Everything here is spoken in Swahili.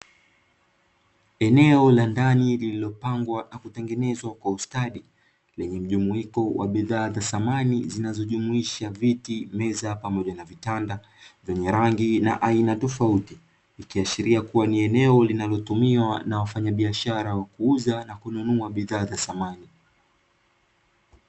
Eneo la ndani lililopangwa na kutengenezwa kwa ustadi, lenye mjumuiko wa bidhaa za samani zinazojumuisha viti, meza pamoja na vitanda vyenye rangi na aina tofauti. Ikiashiria kuwa ni eneo linalotumiwa na wafanyabiashara wa kuuza na kununua bidhaa za samani.